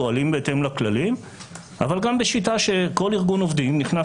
פועלים בהתאם לכללים אבל גם בשיטה שכול ארגון עובדים נכנס